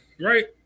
right